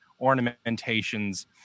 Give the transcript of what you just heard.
ornamentations